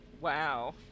Wow